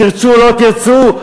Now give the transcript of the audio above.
תרצו או לא תרצו,